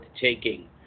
taking